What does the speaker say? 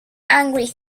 angry